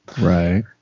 Right